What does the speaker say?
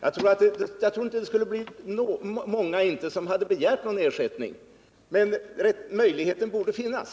Jag tror inte att det skulle bli många som begärde ersättning, men möjligheten borde finnas.